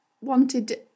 wanted